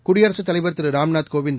குடியரசுத் தலைவர் திரு ராம்நாத்கோவிந்த்